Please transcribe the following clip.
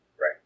Right